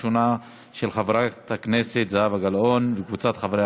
של חברת הכנסת זהבה גלאון וקבוצת חברי